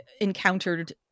encountered